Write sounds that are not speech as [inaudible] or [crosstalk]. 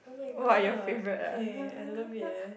!wah! your favourite ah [noise]